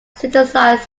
synthesize